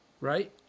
right